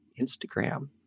Instagram